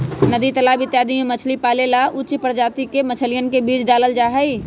नदी तालाब इत्यादि में मछली पाले ला उच्च प्रजाति के मछलियन के बीज डाल्ल जाहई